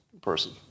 person